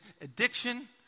addiction